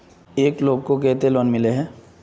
एक लोग को केते लोन मिले है?